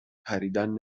پریدن